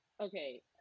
okay